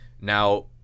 now